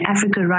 Africa